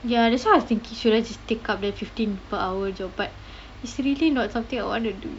ya that's why I was thinking should I just take up the fifteen per hour job but it's really not something I wanna do